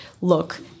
look